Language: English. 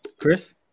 Chris